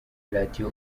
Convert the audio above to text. radio